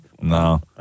No